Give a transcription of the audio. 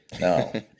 no